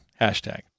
Hashtag